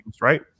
right